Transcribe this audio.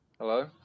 Hello